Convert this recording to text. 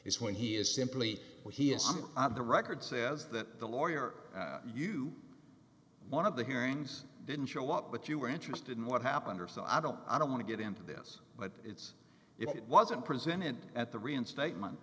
s when he is simply where he is on the record says that the lawyer you one of the hearings didn't show up but you were interested in what happened or so i don't i don't want to get into this but it's if it wasn't presented at the reinstatement